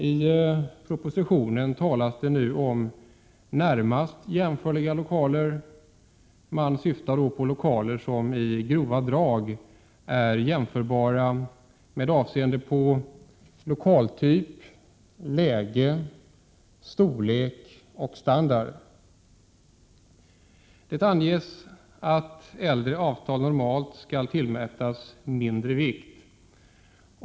I propositionen talas det nu om ”närmast jämförliga lokaler”. Man syftar då på lokaler som i grova drag är jämförbara med avseende på lokaltyp, läge, storlek och standard. Det anges att äldre avtal normalt.skall tillmätas mindre vikt.